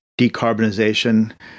decarbonization